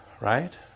right